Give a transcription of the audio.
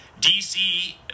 dc